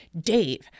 Dave